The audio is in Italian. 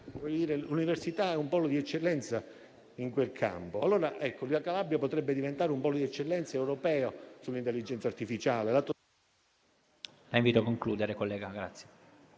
l'università è un polo d'eccellenza in quel campo. La Calabria potrebbe dunque diventare un polo d'eccellenza europeo per l'intelligenza artificiale...